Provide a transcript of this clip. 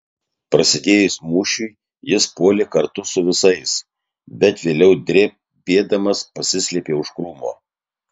prasidėjus mūšiui jis puolė kartu su visais bet vėliau drebėdamas pasislėpė už krūmo